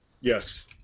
Yes